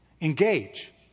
Engage